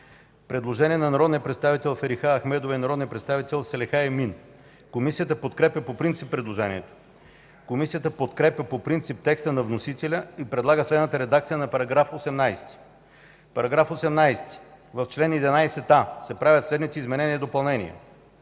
представители Ферихан Ахмедова и Салиха Емин. Комисията подкрепя по принцип предложението. Комисията подкрепя по принцип текста на вносителя и предлага следната редакция на § 18: „§ 18. В чл. 11а се правят следните изменения и допълнения: